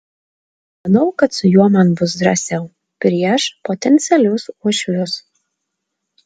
manau kad su juo man bus drąsiau prieš potencialius uošvius